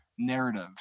narrative